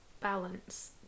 balance